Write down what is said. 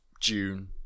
June